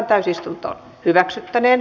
keskustelua ei syntynyt